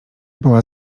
była